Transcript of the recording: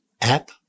app